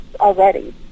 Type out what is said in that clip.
already